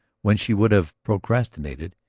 when she would have procrastinated,